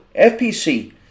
fpc